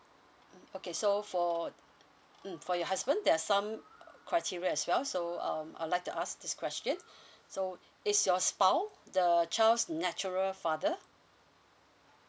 mm okay so for mm for your husband there are some criteria as well so um I would like to ask this question so is your spouse the child's natural father